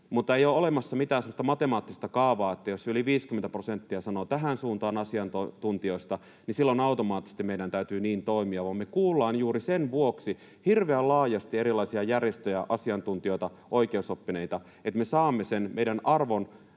mutta ei ole olemassa mitään semmoista matemaattista kaavaa, että jos yli 50 prosenttia sanoo tähän suuntaan asiantuntijoista, niin silloin automaattisesti meidän täytyy niin toimia, vaan me kuullaan juuri sen vuoksi hirveän laajasti erilaisia järjestöjä, asiantuntijoita, oikeusoppineita, että me saamme sen meidän